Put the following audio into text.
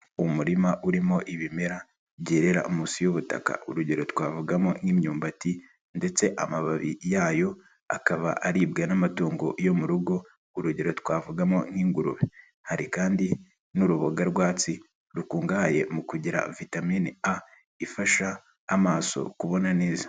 Umurima urimo ibimera byerera munsi y'ubutaka urugero twavugamo nk'imyumbati ndetse amababi yayo akaba aribwa n'amatungo yo mu rugo urugero twavugamo nk'ingurube, hari kandi n'uruboga rwatsi rukungahaye mu kugira vitamine a ifasha amaso kubona neza.